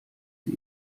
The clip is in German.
sie